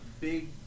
big